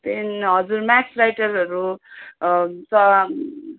pain हजुर max राइटरहरू छ